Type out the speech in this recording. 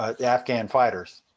ah afghan fighters.